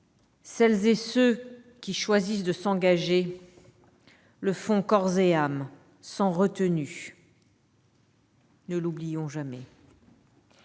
celles et ceux qui choisissent de s'engager le font corps et âme, sans retenue ; ne l'oublions jamais.